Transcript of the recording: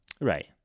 Right